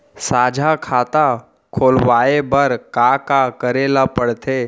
साझा खाता खोलवाये बर का का करे ल पढ़थे?